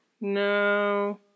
No